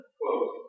quote